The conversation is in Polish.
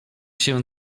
się